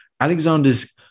Alexander's